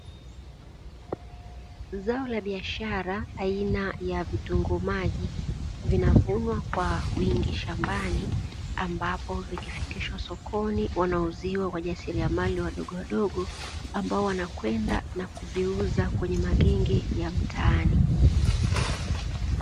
Zao la biashara aina ya vitunguu maji vinavunwa kwa wingi shambani, ambapo vikifikishwa sokoni wanauziwa wajasiliamali wadogowadogo ambao wanakwenda na kuviuza kwenye magenge ya mtaani.